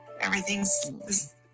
Everything's